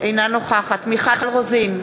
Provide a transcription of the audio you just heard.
אינה נוכחת מיכל רוזין,